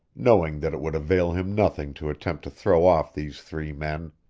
knowing that it would avail him nothing to attempt to throw off these three men.